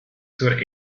zur